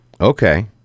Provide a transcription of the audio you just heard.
Okay